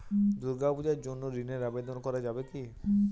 দুর্গাপূজার জন্য ঋণের আবেদন করা যাবে কি?